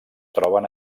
troben